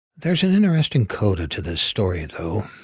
there's an interesting coda to this story, though,